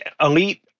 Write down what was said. elite